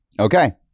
Okay